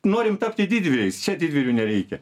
norim tapti didvyriais čia didvyrių nereikia